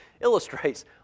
illustrates